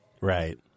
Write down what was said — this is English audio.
right